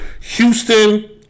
Houston